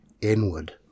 inward